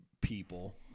people